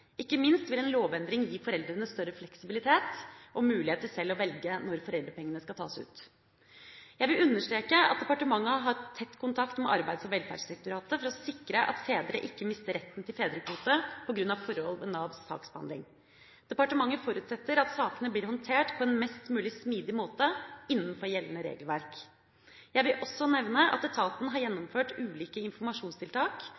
Ikke minst vil en lovendring gi foreldrene større fleksibilitet og mulighet til selv å velge når foreldrepengene skal tas ut. Jeg vil understreke at departementet har hatt tett kontakt med Arbeids- og velferdsdirektoratet for å sikre at fedre ikke mister retten til fedrekvote på grunn av forhold ved Navs saksbehandling. Departementet forutsetter at sakene blir håndtert på en mest mulig smidig måte innenfor gjeldende regelverk. Jeg vil også nevne at etaten har